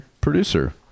producer